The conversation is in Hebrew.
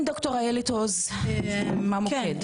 דוקטור איילת עוז, בבקשה.